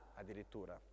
addirittura